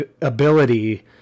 ability